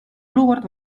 olukord